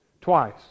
twice